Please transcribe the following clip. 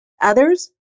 Others